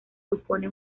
supone